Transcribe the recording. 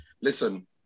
listen